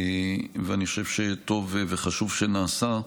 ואני חושב שטוב וחשוב שנעשה.